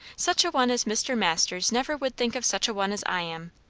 such a one as mr. masters never would think of such a one as i am.